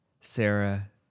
Sarah